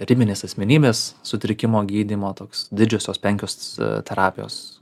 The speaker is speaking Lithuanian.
ribinės asmenybės sutrikimo gydymo toks didžiosios penkios terapijos